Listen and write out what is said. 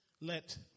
Let